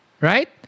right